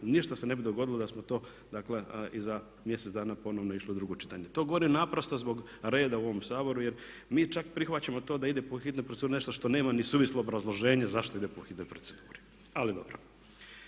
ništa se ne bi dogodilo da smo to dakle i za mjesec dana ponovno išli u drugo čitanje. To govorim naprosto zbog reda u ovom Saboru jer mi čak prihvaćamo to da ide po hitnoj proceduri nešto što nema ni suvislo obrazloženje zašto ide po hitnoj proceduri. Ali dobro.